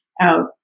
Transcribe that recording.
out